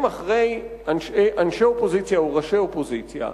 אחרי אנשי אופוזיציה או ראשי אופוזיציה,